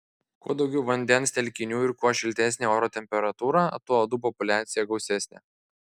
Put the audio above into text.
kuo daugiau vandens telkinių ir kuo šiltesnė oro temperatūra tuo uodų populiacija gausesnė